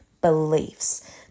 beliefs